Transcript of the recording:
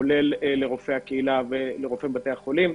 כולל לרופאי הקהילה ולרופאי בתי החולים.